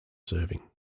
serving